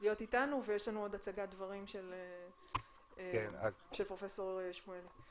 להיות איתנו ויש לנו עוד הצגת דברים של פרופ' שמואלי.